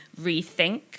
rethink